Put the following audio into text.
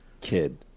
kid